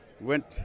Went